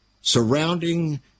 surrounding